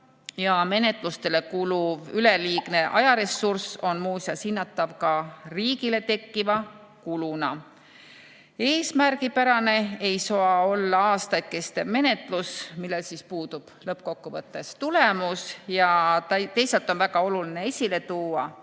Menetlustele kuluv üleliigne ajaressurss on muuseas hinnatav ka riigile tekkiva kuluna. Eesmärgipärane ei saa olla aastaid kestev menetlus, millel puudub lõppkokkuvõttes tulemus. Teisalt on väga oluline esile tuua,